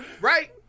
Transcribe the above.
Right